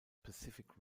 pacific